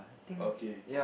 okay